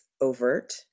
overt